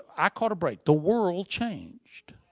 i caught a break. the world changed.